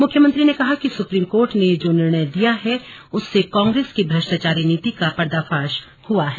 मुख्यमंत्री ने कहा कि सुप्रीम कोर्ट ने जो निर्णय दिया है उससे कांग्रेस की भ्रष्टाचारी नीति का पर्दाफाश हुआ है